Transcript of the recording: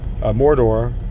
Mordor